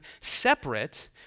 separate